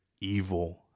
evil